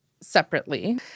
separately